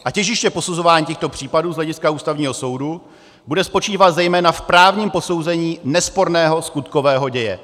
A těžiště posuzování těchto případů z hlediska Ústavního soudu bude spočívat zejména v právním posouzení nesporného skutkového děje.